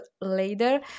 later